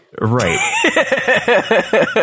Right